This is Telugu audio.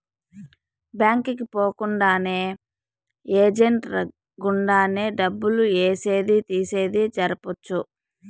బ్యాంక్ కి పోకుండానే ఏజెంట్ గుండానే డబ్బులు ఏసేది తీసేది జరపొచ్చు